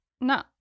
No